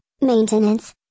maintenance